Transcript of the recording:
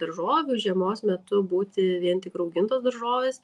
daržovių žiemos metu būti vien tik raugintos daržovės